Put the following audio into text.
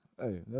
Hey